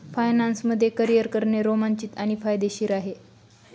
finance मध्ये career करणे रोमांचित आणि फायदेशीर आहे